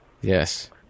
Yes